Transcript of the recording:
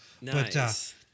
Nice